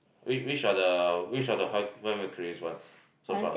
which which are the which are the high ones so far